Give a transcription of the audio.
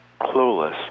Clueless